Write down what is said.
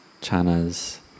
Chanas